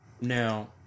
Now